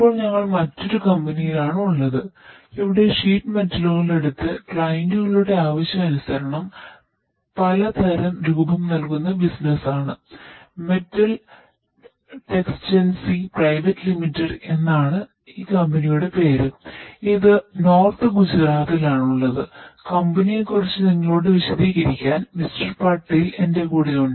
ഇപ്പോൾ ഞങ്ങൾ മറ്റൊരു കമ്പനിയിലാണ് ക്ഷണിക്കുന്നു